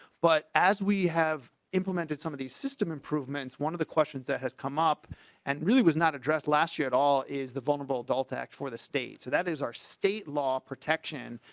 but as we have implemented some of the system improvements one of the questions that has come up and really was not addressed last year at all is the vulnerable adult act where the state so that is our state law protection.